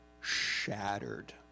shattered